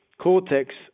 cortex